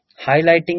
highlighting